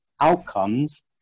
outcomes